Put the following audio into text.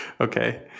Okay